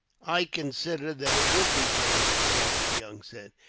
i consider that it would be dangerous, captain young said.